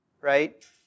Right